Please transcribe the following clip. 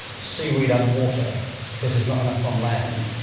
seaweed underwater because there's not enough on land.